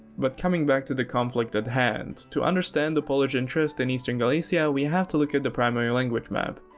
but coming back to the conflict at hand to understand the polish interests in eastern galicia we have to look at the primary language map,